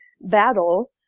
battle